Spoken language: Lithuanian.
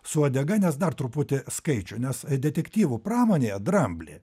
su uodega nes dar truputį skaičių nes detektyvų pramonėje dramblį